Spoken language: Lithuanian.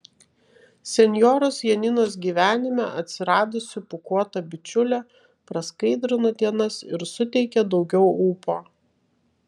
senjoros janinos gyvenime atsiradusi pūkuota bičiulė praskaidrino dienas ir suteikė daugiau ūpo